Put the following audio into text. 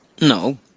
No